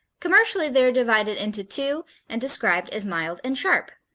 commercially they are divided into two and described as mild and sharp.